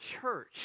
church